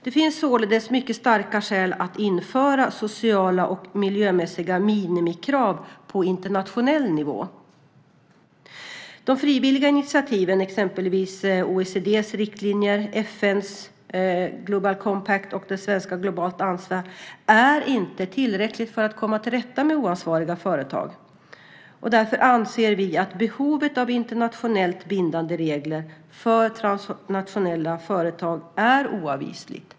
Det finns således mycket starka skäl att införa sociala och miljömässiga minimikrav på internationell nivå. De frivilliga initiativen, exempelvis OECD:s riktlinjer, FN:s Global Compact eller det svenska Globalt ansvar, är inte tillräckliga för att komma till rätta med oansvariga företag. Därför anser vi att behovet av internationellt bindande regler för transnationella företag är oavvisligt.